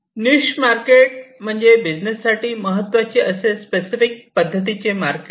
निश market म्हणजे business साठी महत्त्वाचे असे स्पेसिफिक पद्धतीचे मार्केट